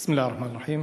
בסם אללה א-רחמאן א-רחים.